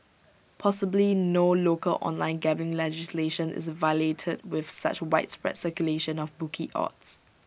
possibly no local online gambling legislation is violated with such widespread circulation of bookie odds